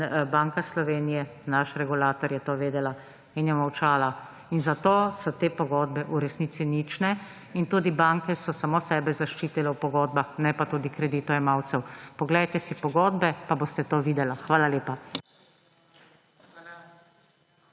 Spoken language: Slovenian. in Banka Slovenije, naš regulator, je to vedela. In je molčala! In zato so te pogodbe v resnici nične in tudi banke so samo sebe zaščitile v pogodbah, ne pa tudi kreditojemalcev. Poglejte si pogodbe, pa boste to videl! Hvala lepa.